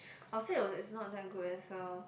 our sale is not that good as well